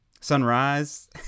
Sunrise